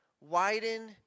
widen